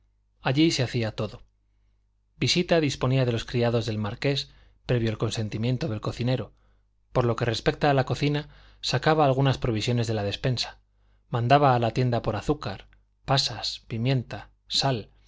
allí se hacía todo visita disponía de los criados del marqués previo el consentimiento del cocinero por lo que respecta a la cocina sacaba algunas provisiones de la despensa mandaba a la tienda por azúcar pasas pimienta sal